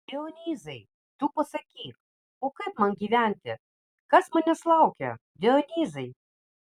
dionyzai tu pasakyk o kaip man gyventi kas manęs laukia dionyzai